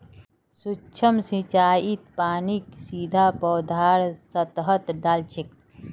सूक्ष्म सिंचाईत पानीक सीधा पौधार सतहत डा ल छेक